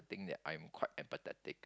think that I'm quite empathetic